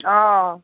অঁ